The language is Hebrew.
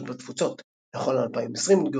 קהילות בתפוצות נכון ל-2020,